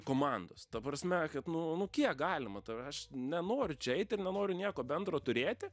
komandos ta prasme kad nu nu kiek galima tave aš nenoriu čia eit ir nenoriu nieko bendro turėti